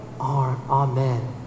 Amen